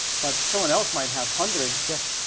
but someone else might have hundreds. yes.